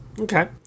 okay